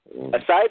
Aside